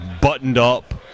buttoned-up